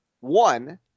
One